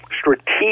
strategic